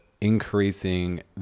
increasing